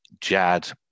Jad